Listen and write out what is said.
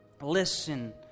Listen